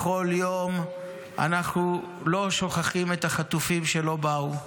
בכל יום אנחנו לא שוכחים את החטופים שלא באו.